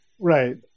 Right